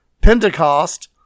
Pentecost